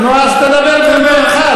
נו, אז תדבר בתורך.